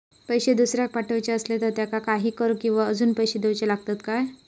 पैशे दुसऱ्याक पाठवूचे आसले तर त्याका काही कर किवा अजून पैशे देऊचे लागतत काय?